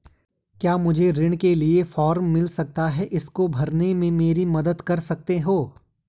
क्या मुझे ऋण के लिए मुझे फार्म मिल सकता है इसको भरने में मेरी मदद कर सकते हो?